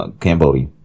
Cambodia